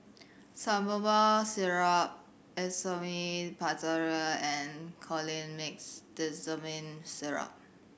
Salbutamol Syrup Esomeprazole and Colimix Dicyclomine Syrup